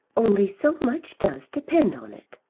only so much does depend on it!